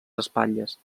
espatlles